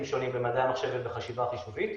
שונים במדעי המחשב ובחשיבה חישובית.